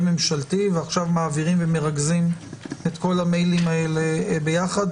ממשלתי ועכשיו מעבירים ומרכזים את כל המיילים האלה ביחד.